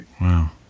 wow